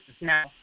now